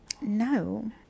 no